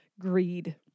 greed